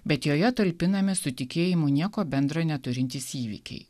bet joje talpinami su tikėjimu nieko bendra neturintys įvykiai